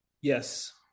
Yes